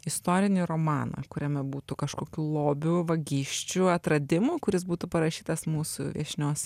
istorinį romaną kuriame būtų kažkokių lobių vagysčių atradimų kuris būtų parašytas mūsų viešnios